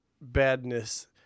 badness